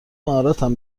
مهارتم